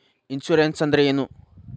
Insurance ಅಂದ್ರ ಏನು?